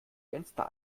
fenster